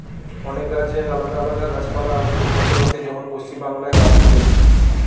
অনেক রাজ্যে আলাদা আলাদা গাছপালা আর ফুল ফসল হচ্ছে যেমন পশ্চিমবাংলায় কাশ ফুল হচ্ছে